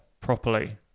properly